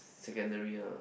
secondary ah